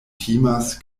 timas